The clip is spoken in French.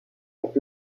est